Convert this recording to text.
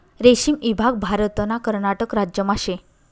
रेशीम ईभाग भारतना कर्नाटक राज्यमा शे